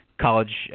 college